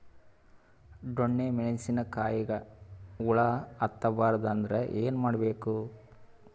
ಡೊಣ್ಣ ಮೆಣಸಿನ ಕಾಯಿಗ ಹುಳ ಹತ್ತ ಬಾರದು ಅಂದರ ಏನ ಮಾಡಬೇಕು?